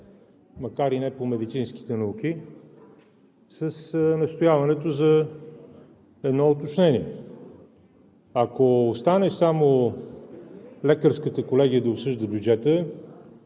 макар и не по медицинските науки, с настояването за едно уточнение. Ако остане само лекарската колегия да обсъжда бюджета,